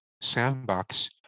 sandbox